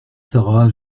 sara